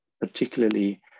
particularly